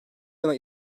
yana